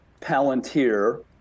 Palantir